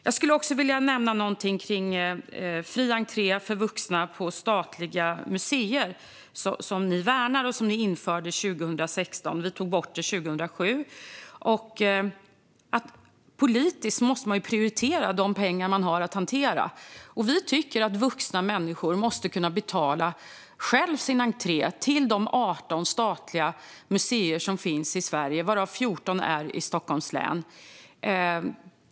Jag skulle också vilja säga någonting om fri entré för vuxna till statliga museer, som ni värnar och som ni införde 2016. Vi tog bort den 2007. Politiskt måste man prioritera de pengar man har att hantera. Vi tycker att vuxna människor måste kunna betala sin entré till de 18 statliga museer som finns i Sverige, varav 14 finns i Stockholms län.